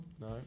No